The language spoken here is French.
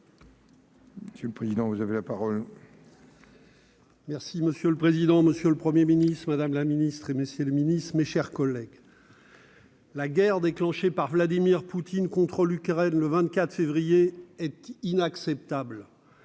communiste républicain citoyen et écologiste. Monsieur le président, monsieur le Premier ministre, madame la ministre, messieurs les ministres, mes chers collègues, la guerre déclenchée par Vladimir Poutine contre l'Ukraine le 24 février est inacceptable,